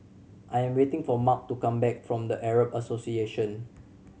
I'm waiting for Marc to come back from The Arab Association